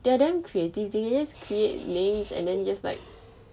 they are damn creative they can just create names and then just like